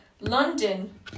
London